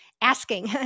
asking